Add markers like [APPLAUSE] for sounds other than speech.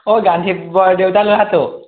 অঁ গান্ধী [UNINTELLIGIBLE] বৰদেউতা ল'ৰাটো